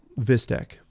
Vistec